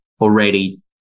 already